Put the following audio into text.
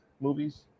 Movies